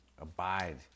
abide